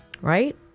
right